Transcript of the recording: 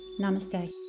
Namaste